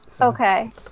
okay